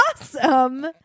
awesome